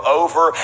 over